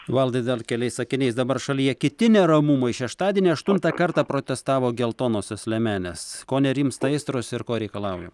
valdai dar keliais sakiniais dabar šalyje kiti neramumai šeštadienį aštuntą kartą protestavo geltonosios liemenės ko nerimsta aistros ir ko reikalauja